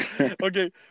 okay